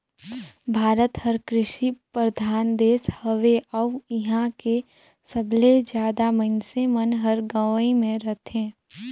भारत हर कृसि परधान देस हवे अउ इहां के सबले जादा मनइसे मन हर गंवई मे रथें